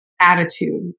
attitude